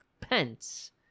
Pence